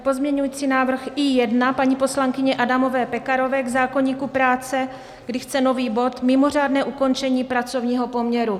Pozměňující návrh I1 paní poslankyně Adamové Pekarové k zákoníku práce, když chce nový bod mimořádné ukončení pracovního poměru.